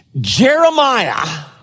Jeremiah